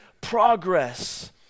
progress